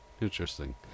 interesting